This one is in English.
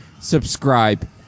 subscribe